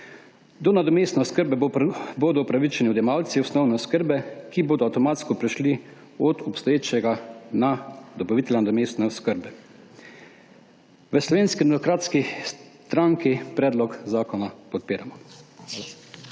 Do nadomestne oskrbe bodo upravičeni odjemalci osnovne oskrbe, ki bodo avtomatsko prešli od obstoječega na dobavitelja nadomestne oskrbe. V Slovenski demokratski stranki predlog zakona podpiramo.